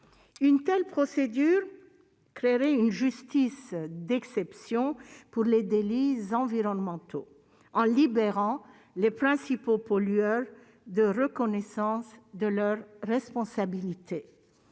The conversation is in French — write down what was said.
Une telle procédure créerait une justice d'exception pour les délits environnementaux, en libérant les principaux pollueurs de toute reconnaissance de leur responsabilité.